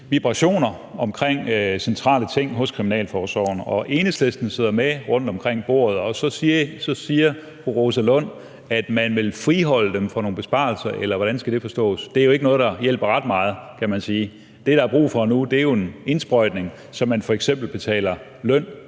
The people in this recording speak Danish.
vibrationer omkring centrale ting i Kriminalforsorgen. Enhedslisten sidder med ved bordet. Og så siger fru Rosa Lund, at man vil friholde dem fra nogle besparelser, eller hvordan skal det forstås? Det er jo ikke noget, der hjælper ret meget, kan man sige. Det, der er brug for nu, er jo en indsprøjtning, så man f.eks. betaler løn